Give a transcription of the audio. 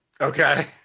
Okay